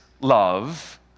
love